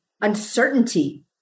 uncertainty